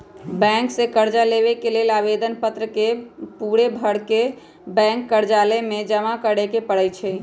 bank से कर्जा लेबे के लेल आवेदन पत्र के पूरे भरके बैंक कर्जालय में जमा करे के परै छै